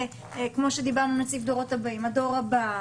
כמו שדיבר נציב הדורות הבאים: הדור הבא,